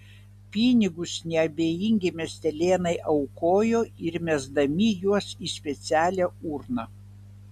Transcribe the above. pinigus neabejingi miestelėnai aukojo ir mesdami juos į specialią urną